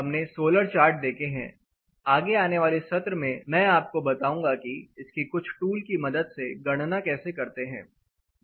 हमने solar chart देखे हैं आगे आने वाले सत्र में मैं आपको बताऊंगा की इसकी कुछ टूल मदद से गणना कैसे करनी है